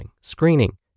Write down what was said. screening